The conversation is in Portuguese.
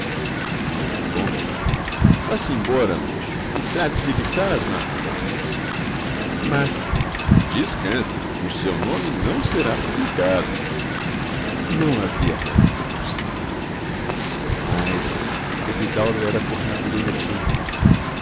e noutro tom vá-se embora moço e trate de evitar as más companhias mas descanse o seu nome não será publicado não havia réplica possível demais epidauro era por natureza tímido